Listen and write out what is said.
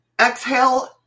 exhale